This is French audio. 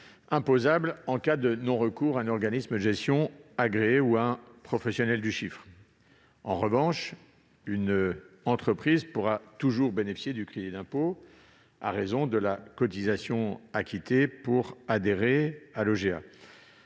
imposable en cas de non-recours à un organisme de gestion agréé ou à un professionnel du chiffre. En revanche, une entreprise pourra toujours bénéficier du crédit d'impôt à raison de la cotisation acquittée pour adhérer à un OGA.